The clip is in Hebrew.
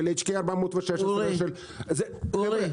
של HK416. אורי,